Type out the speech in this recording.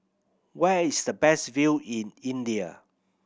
where is the best view in India